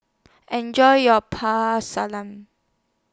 Enjoy your